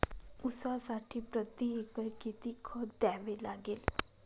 ऊसासाठी प्रतिएकर किती खत द्यावे लागेल?